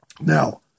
Now